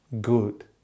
good